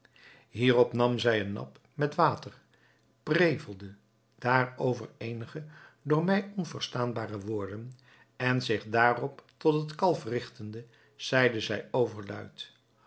hierop nam zij een nap met water prevelde daarover eenige voor mij onverstaanbare woorden en zich daarop tot het kalf rigtende zeide zij overluid